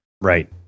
Right